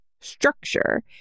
structure